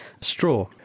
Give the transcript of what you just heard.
straw